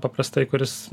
paprastai kuris